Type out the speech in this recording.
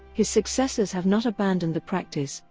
his successors have not abandoned the practice,